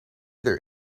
their